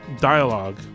dialogue